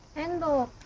endo.